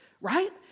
right